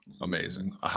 amazing